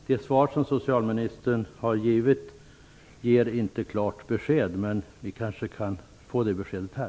Det svar som socialministern har givit ger inte klart besked, men vi kan kanske få ett besked här.